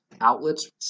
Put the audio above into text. outlets